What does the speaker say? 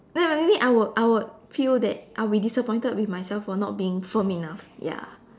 no no maybe I would I would feel that I will be disappointed with myself for not being firm enough ya